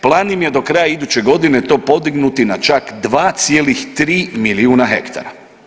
Plan im je do kraja iduće godine to podignuti na čak 2,3 milijuna hektara.